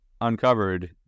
uncovered